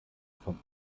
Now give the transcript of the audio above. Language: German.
vom